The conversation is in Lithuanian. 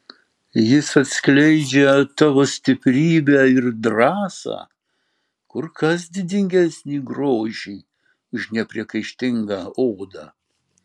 jis atskleidžia tavo stiprybę ir drąsą kur kas didingesnį grožį už nepriekaištingą odą